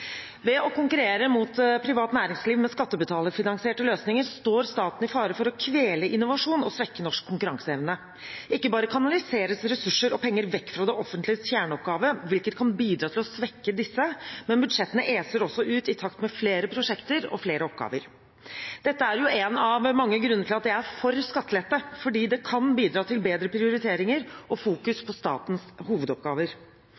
Ved å konkurrere mot privat næringsliv med skattebetalerfinansierte løsninger står staten i fare for å kvele innovasjon og svekke norsk konkurranseevne. Ikke bare kanaliseres ressurser og penger vekk fra det offentliges kjerneoppgaver, hvilket kan bidra til å svekke disse, men budsjettene eser også ut i takt med flere prosjekter og flere oppgaver. Dette er en av mange grunner til at jeg er for skattelette, fordi det kan bidra til bedre prioriteringer og